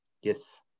Yes